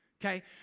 Okay